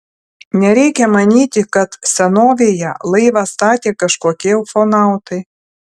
nereikia manyti kad senovėje laivą statė kažkokie ufonautai